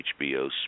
HBO